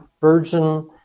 Virgin